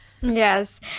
yes